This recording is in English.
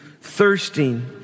thirsting